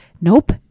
nope